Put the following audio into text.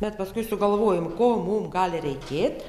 bet paskui sugalvojom ko mum gali reikėt